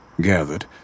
gathered